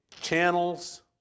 channels